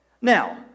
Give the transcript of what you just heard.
Now